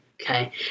Okay